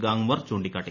ഗാംഗ്വർ ചൂണ്ടിക്കാട്ടി